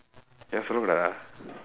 ஏன் சொல்ல கூடாதா:een solla kuudaathaa